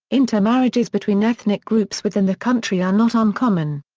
inter-marriages between ethnic groups within the country are not uncommon.